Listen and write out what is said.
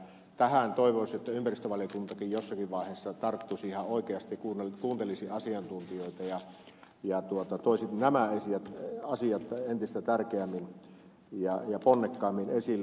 toivoisi että ympäristövaliokuntakin tähän jossakin vaiheessa tarttuisi ihan oikeasti kuuntelisi asiantuntijoita ja toisi nämä asiat entistä tärkeämmin ja ponnekkaammin esille